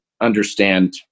understand